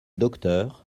docteur